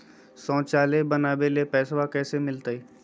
शौचालय बनावे ले पैसबा कैसे मिलते?